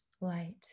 light